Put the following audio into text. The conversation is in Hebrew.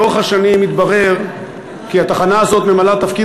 לאורך השנים התברר כי התחנה הזאת ממלאה תפקיד